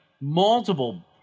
multiple